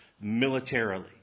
militarily